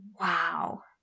Wow